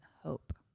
hope